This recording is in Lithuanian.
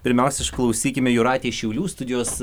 pirmiausia išklausykime jūratė šiaulių studijos